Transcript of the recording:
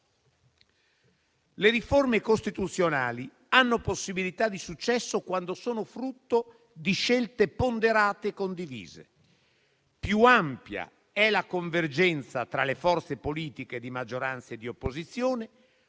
Le riforme costituzionali hanno possibilità di successo quando sono frutto di scelte ponderate e condivise. Più ampia è la convergenza tra le forze politiche di maggioranza e di opposizione,